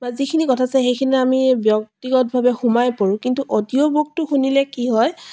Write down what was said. বা যিখিনি কথা আছে সেইখিনি আমি ব্যক্তিগতভাৱে সোমাই পৰোঁ কিন্তু অডিঅ' বুকটো শুনিলে কি হয়